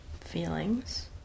feelings